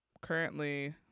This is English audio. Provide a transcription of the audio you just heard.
currently